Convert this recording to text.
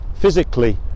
physically